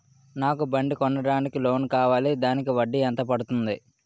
నాకు బండి కొనడానికి లోన్ కావాలిదానికి వడ్డీ ఎంత పడుతుంది?